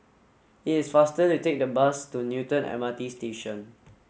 it is faster to take the bus to Newton M R T Station